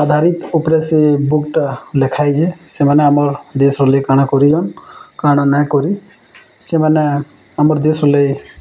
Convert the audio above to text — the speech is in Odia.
ଆଧାରିତ୍ ଉପରେ ସେ ବୁକ୍ଟା ଲେଖାହେଇଛେ ସେମାନେ ଆମର୍ ଦେଶ ହେଲେ କାଣା କରିନ୍ କାଣା ନାଇଁ କରି ସେମାନେ ଆମର୍ ଦେଶ୍ ହେଲେ